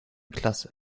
klasse